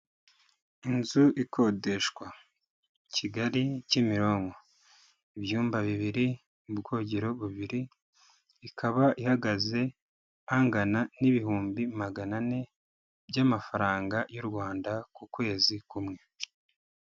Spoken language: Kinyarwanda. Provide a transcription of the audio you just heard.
Inzu ikodeshwa, Kigali, Kimironko, ibyumba bibiri, ubwogero bubiri, ikaba ihagaze ingana n'ibihumbi magana ane by'amafaranga y'u Rwanda, ku kwezi kumwe.